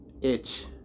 itch